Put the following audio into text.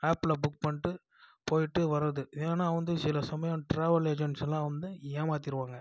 ஆப்பில் புக் பண்ணிட்டு போய்விட்டு வரது ஏன்னால் வந்து சில சமயம் ட்ராவல் ஏஜென்சியெலாம் வந்து ஏமாற்றிடுவாங்க